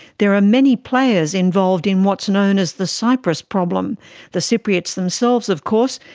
there are many players involved in what's known as the cyprus problem the cypriots themselves of course,